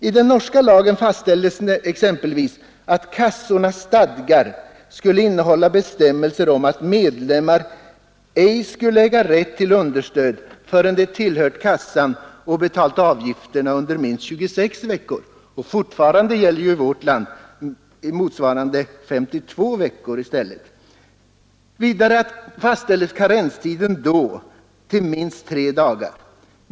I den norska lagen fastställdes exempelvis att kassornas stadgar skulle innehålla bestämmelser om att medlemmar ej skulle äga rätt till understöd förrän de tillhört kassan och betalt avgifterna under minst 26 veckor; fortfarande gäller i vårt land 52 veckor. Vidare fastställdes karenstiden till minst tre dagar.